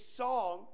song